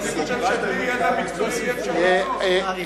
אני חושב שבלי ידע מקצועי אי-אפשר לענות.